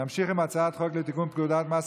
אני קובע כי הצעת חוק ההוצאה לפועל (נגיף הקורונה החדש,